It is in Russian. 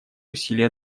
усилия